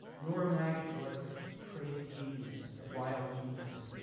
nora magid was a crazy genius, a wild genius.